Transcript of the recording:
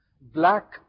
black